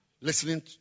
listening